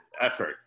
effort